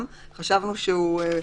הוא לא מוסכם.